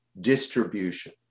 distribution